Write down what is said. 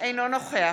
אינו נוכח